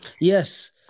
Yes